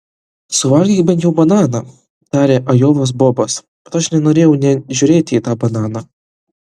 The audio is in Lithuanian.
suvalgyk bent jau bananą tarė ajovos bobas bet aš nenorėjau nė žiūrėti į tą bananą